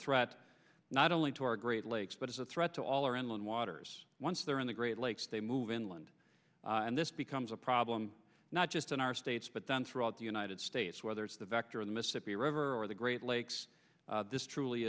threat not only to our great lakes but as a threat to all our inland waters once they're in the great lakes they move inland and this becomes a problem not just in our states but then throughout the united states whether it's the vector the mississippi river or the great lakes this truly